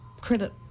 credit